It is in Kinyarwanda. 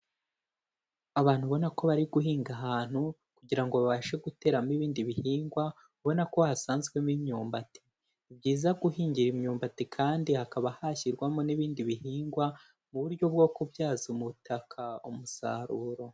Abantu ubona ko bari guhinga ahantu kugira ngo babashe guteramo ibindi bihingwa, ubona ko hasanzwemo imyumbati, ni byiza guhingira imyumbati kandi hakaba hashyirwamo n'ibindi bihingwa mu buryo bwo kubyaza ubutaka umusaruro.